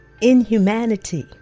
inhumanity